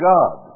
God